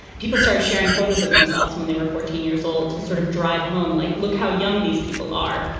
people started sharing photos of themselves when they were fourteen years old to sort of drive home, like, look how young these people are.